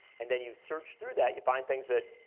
and then you search through that. you find things that,